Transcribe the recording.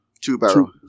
Two-barrel